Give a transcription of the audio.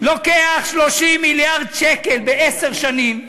לוקח 30 מיליארד שקלים בעשר שנים,